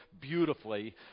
beautifully